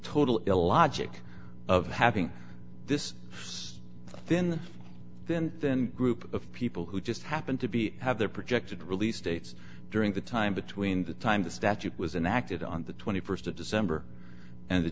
total illogic of having this st then then then group of people who just happened to be have their projected release dates during the time between the time the statute was and acted on the st of december and the